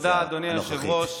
תודה, אדוני היושב-ראש.